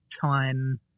time